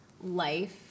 life